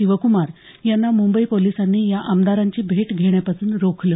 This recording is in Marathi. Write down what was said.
शिवक्मार यांना मुंबई पोलिसांनी या आमदारांची भेट घेण्यापासून रोखलं